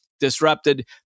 disrupted